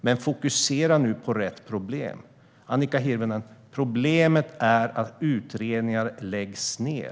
Men fokusera nu på rätt problem, Annika Hirvonen Falk! Problemet är att utredningar läggs ned.